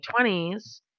20s